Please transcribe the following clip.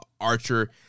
Archer